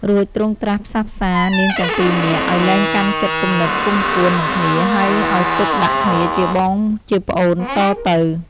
រួចទ្រង់ត្រាស់ផ្សះផ្សារ នាងទាំងពីរនាក់ ឲ្យលែងកាន់ចិត្តគំនិតគុំកួននឹងគ្នា ហើយឲ្យទុកដាក់គ្នាជាបងជាប្អូនតទៅ។